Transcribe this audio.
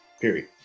Period